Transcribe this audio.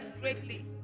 greatly